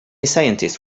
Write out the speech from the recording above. scientists